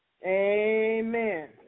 Amen